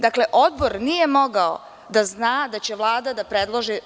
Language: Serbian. Dakle, Odbor nije mogao da zna da će Vlada da predloži.